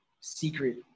secret